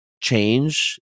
change